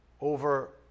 over